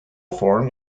form